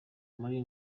muri